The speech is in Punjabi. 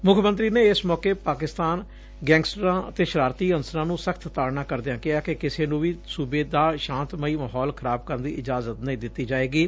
ਮੁੱਖ ਮੰਤਰੀ ਨੇ ਇਸ ਮੌਕੇ ਪਾਕਿਸਤਾਨ ਗੈਂਗਸਟਰਾਂ ਅਤੇ ਸ਼ਰਾਰਤੀ ਅਨਸਰਾਂ ਨੂੰ ਸਖ਼ਤ ਤਾੜਨਾ ਕਰਦਿਅ ਕਿਹਾ ਕਿ ਕਿਸੇ ਨੂੰ ਵੀ ਸੂਬੇ ਦਾ ਸ਼ਾਂਤੀਮਈ ਮਾਹੌਲ ਖਰਾਬ ਕਰਨ ਦੀ ਇਜਾਜ਼ਤ ਨਹੀਂ ਦਿੱਤੀ ਜਾਏਗੀ